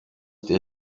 der